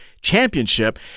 championship